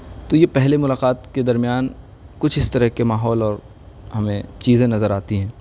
تو یہ پہلے ملاقات کے درمیان کچھ اس طرح کے ماحول اور ہمیں چیزیں نظر آتی ہیں